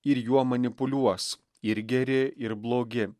ir juo manipuliuos ir geri ir blogi